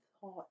thought